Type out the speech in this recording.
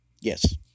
Yes